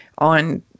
on